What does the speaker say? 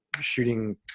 shooting